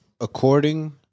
according